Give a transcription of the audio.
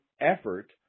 effort